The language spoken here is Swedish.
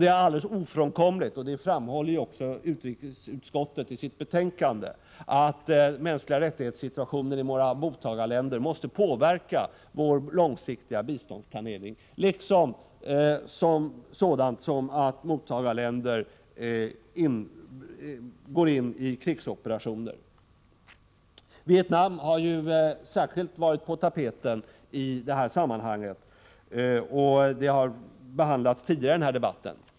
Det är alldeles ofrånkomligt — och det framhåller också utrikesutskottet i sitt betänkande — att situationen i fråga om de mänskliga rättigheterna i många av våra mottagarländer måste påverka vår långsiktiga biståndsplanering, likaså när mottagarländer går in i krigsoperationer. Vietnam har särskilt varit på tapeten i det sammanhanget, något som också behandlats tidigare här i debatten.